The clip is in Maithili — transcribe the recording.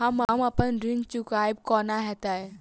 हम अप्पन ऋण चुकाइब कोना हैतय?